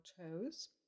toes